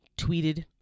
tweeted